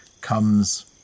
comes